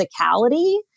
physicality